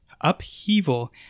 upheaval